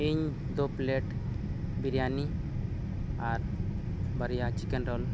ᱤᱧ ᱫᱩ ᱯᱞᱮᱴ ᱵᱤᱨᱭᱟᱱᱤ ᱟᱨ ᱵᱟᱨᱭᱟ ᱪᱤᱠᱮᱱ ᱨᱳᱞ